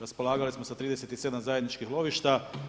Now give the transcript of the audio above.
Raspolagali samo sa 37 zajedničkih lovišta.